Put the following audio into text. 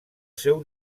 seu